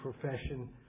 profession